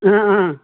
অঁ অঁ